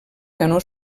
canó